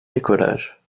décollage